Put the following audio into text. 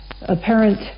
apparent